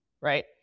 right